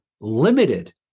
limited